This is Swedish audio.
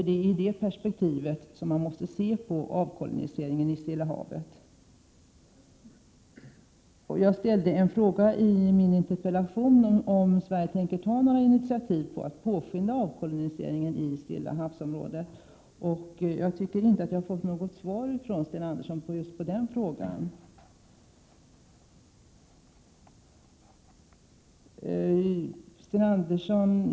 Det är i detta perspektiv som man måste se på avkolonialiseringen i Stilla havs-området. Jag frågade i min interpellation om Sverige tänker ta några initiativ till att påskynda avkoloniseringen i Stilla havs-området. Jag har inte fått något svar av Sten Andersson på just den frågan.